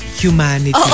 humanity